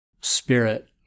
spirit